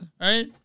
right